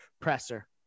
presser